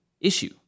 issue